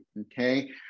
Okay